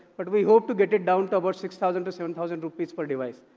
but we hope to get it down to about six thousand to seven thousand rupees per device.